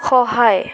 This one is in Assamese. সহায়